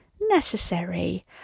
necessary